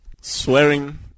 Swearing